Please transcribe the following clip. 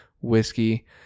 whiskey